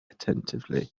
attentively